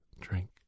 drink